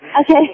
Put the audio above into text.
Okay